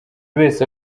wese